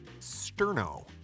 Sterno